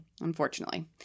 unfortunately